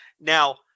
Now